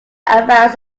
amounts